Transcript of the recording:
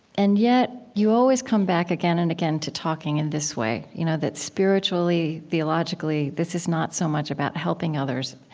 and yet you always come back, again and again, to talking in this way you know that spiritually, theologically, this is not so much about helping others